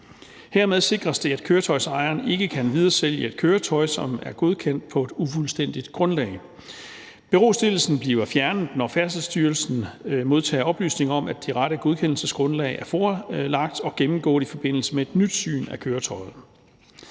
Hermed sikres det, at køretøjsejeren ikke kan videresælge et køretøj, som er godkendt på et ufuldstændigt grundlag. Berostillelsen bliver fjernet, når Færdselsstyrelsen modtager oplysninger om, at det rette godkendelsesgrundlag er forelagt og gennemgået i forbindelse med et nyt syn af køretøjet.